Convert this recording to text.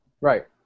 Right